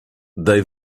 they